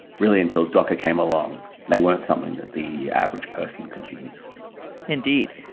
really, until docker came along, they weren't something that the average person could use indeed.